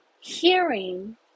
hearing